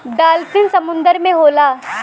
dolphin समुंदर में होला